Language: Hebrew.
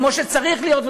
כמו שצריך להיות,